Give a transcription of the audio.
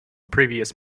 previous